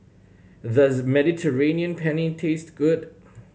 does Mediterranean Penne taste good